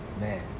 Man